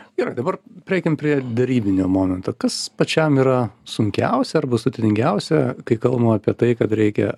gerai dabar prieikim prie darybinio momento kas pačiam yra sunkiausia arba sudėtingiausia kai kalbam apie tai kad reikia